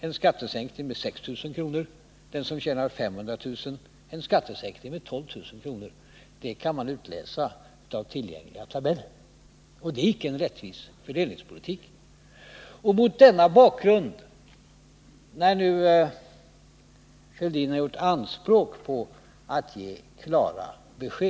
en skattesänkning med 6 000 kr., och den som tjänar 500 000 kr. får en skattesänkning med 12 000 kr. Det kan man utläsa av tillgängliga tabeller. Och det är icke en rättvis fördelningspolitik. Thorbjörn Fälldin har gjort anspråk på att det skall anses att han ger klara besked.